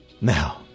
Now